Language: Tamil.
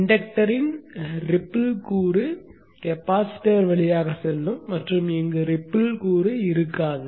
இன்டக்டரின் ரிப்பில் கூறு கெபாசிட்டர் வழியாக செல்லும் மற்றும் இங்கு ரிப்பில் கூறு இருக்காது